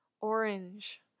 orange